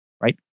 right